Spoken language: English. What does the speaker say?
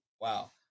Wow